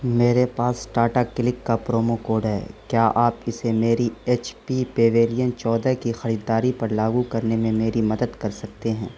میرے پاس ٹاٹا کلک کا پرومو کوڈ ہے کیا آپ اسے میری ایچ پی پیویلین چودہ کی خریداری پر لاگو کرنے میں میری مدد کر سکتے ہیں